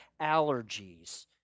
allergies